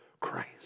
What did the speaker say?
Christ